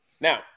Now